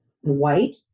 white